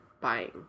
buying